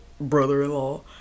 brother-in-law